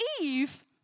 Eve